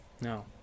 No